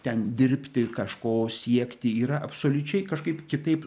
ten dirbti ir kažko siekti yra absoliučiai kažkaip kitaip